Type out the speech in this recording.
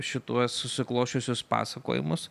šituos susiklosčiusius pasakojimus